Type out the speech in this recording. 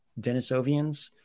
Denisovians